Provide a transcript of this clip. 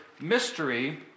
mystery